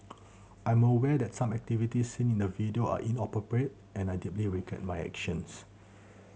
I'm aware that some activities seen in the video are inappropriate and I deeply regret my actions